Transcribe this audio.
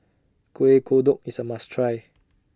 Kueh Kodok IS A must Try